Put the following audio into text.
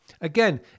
Again